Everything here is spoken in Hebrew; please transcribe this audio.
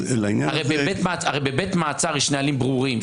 הרי בבית מעצר יש נהלים ברורים,